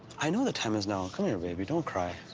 i know the time is now. come here baby, don't cry.